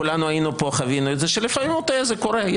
כולנו היינו פה, חווינו את זה, שלפעמים זה קורה.